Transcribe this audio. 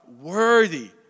worthy